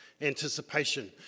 anticipation